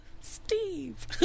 Steve